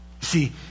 See